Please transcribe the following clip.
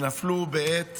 שנפלו בעת